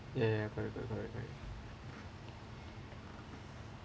ya ya correct correct correct correct